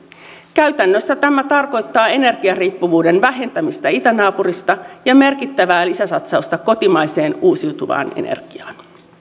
käytännössä tämä tarkoittaa energiariippuvuuden vähentämistä itänaapurista ja merkittävää lisäsatsausta kotimaiseen uusiutuvaan energiaan